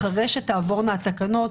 אחרי שתעבורנה התקנות,